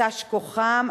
תש כוחם.